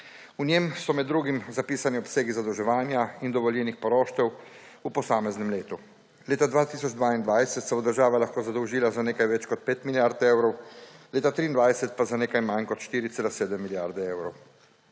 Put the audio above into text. V njem so med drugim zapisani obsegi zadolževanja in dovoljenih poroštev v posameznem letu. Leta 2022 se bo država lahko zadolžila za nekaj več kot 5 milijard evrov, leta 2023 pa za nekaj manj kot 4,7 milijarde evrov.